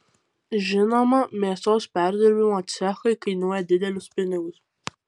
žinoma mėsos perdirbimo cechai kainuoja didelius pinigus